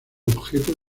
objeto